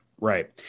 Right